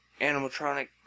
animatronic